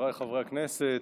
חבריי חברי הכנסת,